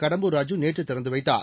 கடம்பூர் ராஜு நேற்று திறந்து வைத்தார்